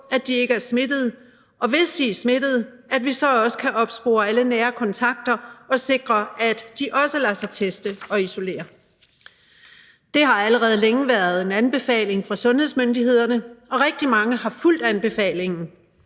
at de ikke er smittede, og at vi, hvis de er smittede, også kan opspore alle nære kontakter og sikre, at de også lader sig teste og isolere. Det har allerede længe været en anbefaling fra sundhedsmyndighederne, og rigtig mange har fulgt anbefalingen.